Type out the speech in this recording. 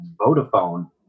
Vodafone